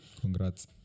congrats